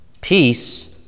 Peace